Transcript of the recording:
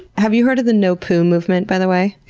have you heard of the no-'poo movement by the way?